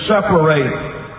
separate